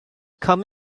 come